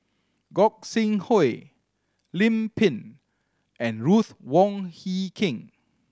Gog Sing Hooi Lim Pin and Ruth Wong Hie King